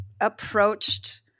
approached